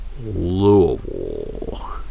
Louisville